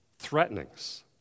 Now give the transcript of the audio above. threatenings